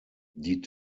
die